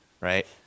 right